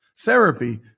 Therapy